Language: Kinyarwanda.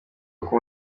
uko